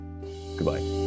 goodbye